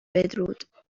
بدرود